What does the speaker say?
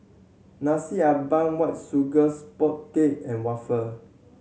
Nasi Ambeng White Sugar Sponge Cake and waffle